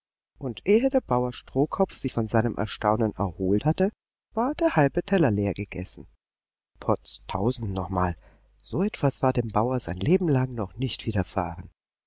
und ehe der bauer strohkopf sich von seinem erstaunen erholt hatte war der halbe teller leergegessen potztausend noch mal so etwas war dem bauer sein leben lang noch nicht widerfahren